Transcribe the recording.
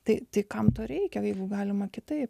tai tik kam to reikia laivu galima kitaip